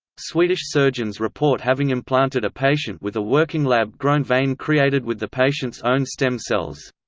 swedish surgeons report having implanted a patient with a working lab-grown vein created with the patient's own stem cells.